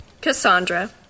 Cassandra